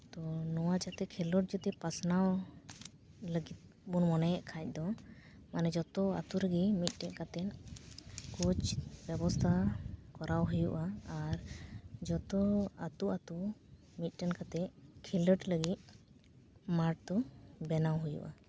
ᱛᱚ ᱱᱚᱶᱟ ᱡᱟᱛᱮ ᱠᱷᱮᱞᱳᱰ ᱡᱚᱫᱤ ᱯᱟᱥᱱᱟᱣ ᱞᱟᱹᱜᱤᱫ ᱵᱚᱱ ᱢᱚᱱᱮᱭᱮᱫ ᱠᱷᱟᱱ ᱫᱚ ᱢᱟᱱᱮ ᱡᱚᱛᱚ ᱟᱹᱛᱩ ᱨᱮᱜᱮ ᱢᱤᱫᱴᱮᱡ ᱠᱟᱛᱮᱫ ᱠᱳᱪ ᱵᱮᱵᱚᱥᱛᱟ ᱠᱚᱨᱟᱣ ᱦᱩᱭᱩᱜᱼᱟ ᱟᱨ ᱡᱚᱛᱚ ᱟᱹᱛᱩ ᱟᱹᱛᱩ ᱢᱤᱫᱴᱮᱱ ᱠᱟᱛᱮᱫ ᱠᱷᱮᱞᱳᱰ ᱞᱟᱹᱜᱤᱜ ᱢᱟᱴᱷ ᱫᱚ ᱵᱮᱱᱟᱣ ᱦᱩᱭᱩᱜᱼᱟ